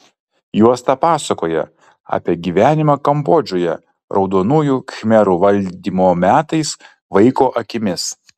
juosta pasakoja apie gyvenimą kambodžoje raudonųjų khmerų valdymo metais vaiko akimis